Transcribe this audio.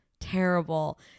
terrible